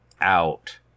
out